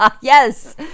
Yes